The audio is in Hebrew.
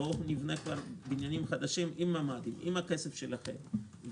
בואו נבנה כבר בניינים חדשים עם ממ"דים בסיוע הכסף שלכם.